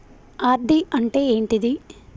RD అంటే ఏంటిది?